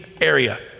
area